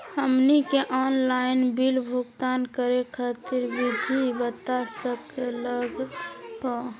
हमनी के online bill भुगतान करे खातीर विधि बता सकलघ हो?